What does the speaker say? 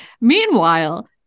Meanwhile